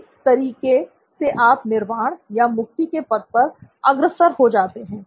इस तरीके से आप निर्वाण या मुक्ति के पद पर अग्रसर हो जाते हैं